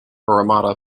parramatta